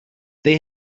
they